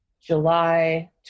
July